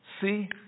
See